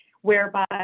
whereby